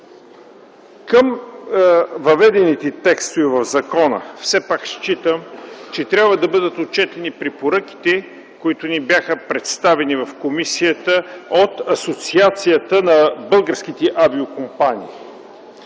Към въведените към закона текстове все пак смятам, че трябва да бъдат отчетени препоръките, които ни бяха представени в комисията от Асоциацията на българските авиокомпании.